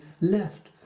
left